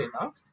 enough